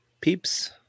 peeps